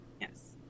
yes